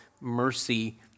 mercy